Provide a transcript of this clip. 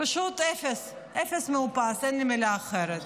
פשוט אפס, אפס מאופס, אין לי מילה אחרת.